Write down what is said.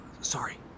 Sorry